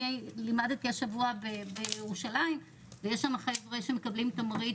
אני לימדתי השבוע בירושלים ויש שם חבר'ה שמקבלים תמריץ,